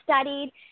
studied